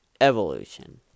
Evolution